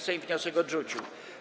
Sejm wniosek odrzucił.